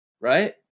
right